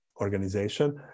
organization